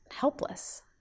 helpless